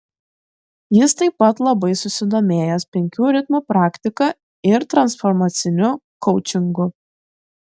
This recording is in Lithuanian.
jis taip pat labai susidomėjęs penkių ritmų praktika ir transformaciniu koučingu